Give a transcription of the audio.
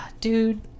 dude